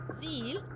zeal